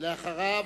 ואחריו,